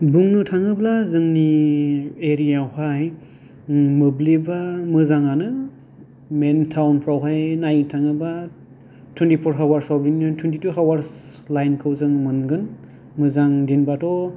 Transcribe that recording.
बुंनो थाङोब्ला जोंनि एरियाआवहाय मोब्लिबा मोजाङानो मैन टाउनफोरावहाय नायनो थाङोबा टुवेन्टिफ'र आवारफ्राव बिदिनो टुवेन्टिटु आवार्स लाइनखौ जों मोनगोन मोजां दिन बाथ'